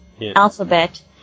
alphabet